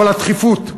אבל, הדחיפות.